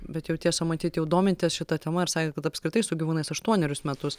bet jau tiesa matyt jau domitės šita tema ir sakėt kad apskritai su gyvūnais aštuonerius metus